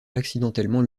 accidentellement